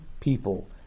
people